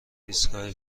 ایستگاه